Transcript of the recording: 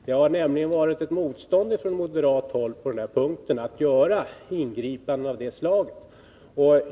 Det har nämligen varit ett motstånd från moderat håll mot ingripanden av det slaget.